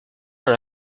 dans